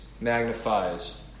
magnifies